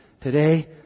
today